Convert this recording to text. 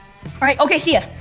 alright, okay. see ya.